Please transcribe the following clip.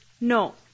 No